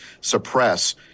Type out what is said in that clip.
suppress